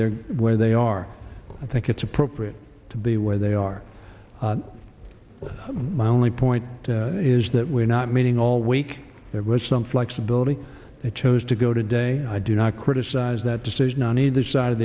are where they are i think it's appropriate to be where they are my only point is that we're not meeting all week there was some flexibility that chose to go today i do not criticize that decision on either side of